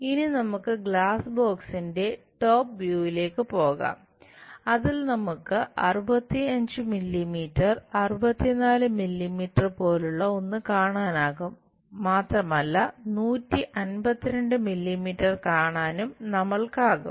ഇനി നമുക്ക് ഗ്ലാസ് ബോക്സിന്റെ ടോപ് വ്യൂവിലേക്കു പോകാം അതിൽ നമുക്ക് 65 മില്ലീമീറ്റർ 64 മില്ലീമീറ്റർ പോലുള്ള ഒന്ന് കാണാനാകും മാത്രമല്ല 152 മില്ലീമീറ്റർ കാണാനും നമ്മൾക്കാകും